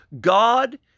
God